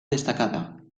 destacada